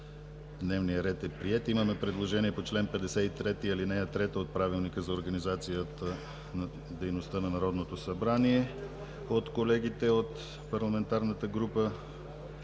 Дневният ред е приет. Имаме предложение по чл. 53, ал. 3 от Правилника за организацията и дейността на Народното събрание от колегите от парламентарната група